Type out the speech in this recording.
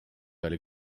oli